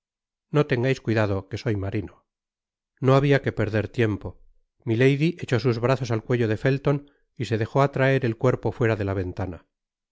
no tengais cuidado que soy marino no habia que perder tiempo milady echó sus brazos al cuello de felton y se dejó atraer el cuerpo fuera de la ventana